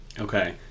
Okay